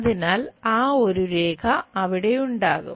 അതിനാൽ ആ ഒരു രേഖ അവിടെ ഉണ്ടാകും